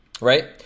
Right